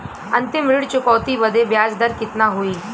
अंतिम ऋण चुकौती बदे ब्याज दर कितना होई?